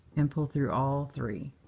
and pull through all three.